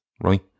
right